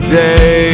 day